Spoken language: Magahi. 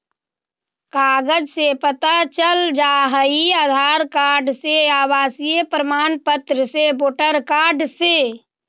कागज से पता चल जाहई, आधार कार्ड से, आवासीय प्रमाण पत्र से, वोटर कार्ड से?